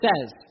says